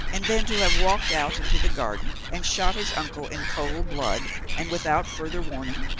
and then to have walked out into the garden and shot his uncle in cold blood and without further warning?